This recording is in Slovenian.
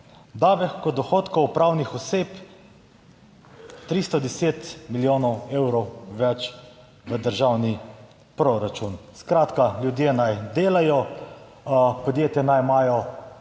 Davek od dohodkov pravnih oseb 310 milijonov evrov več v državni proračun. Skratka, ljudje naj delajo, podjetja naj imajo